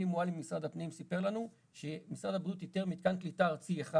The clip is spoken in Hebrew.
אלי מועלם ממשרד הפנים סיפר לנו שמשרד הבריאות איתר מתקן קליטה ארצי אחד